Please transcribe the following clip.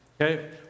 Okay